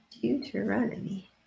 Deuteronomy